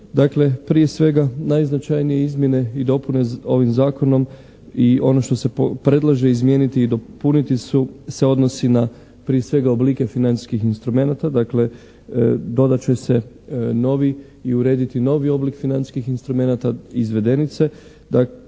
Dakle prije svega najznačajnije izmjene i dopune ovim zakonom i ono što se predlaže izmijeniti i dopuniti se odnosi na prije svega oblike financijskih instrumenata. Dakle dodat će se novi i urediti novi oblik financijskih insrumenata, izvedenice.